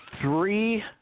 three